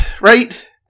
right